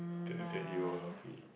that that you will be